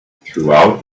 throughout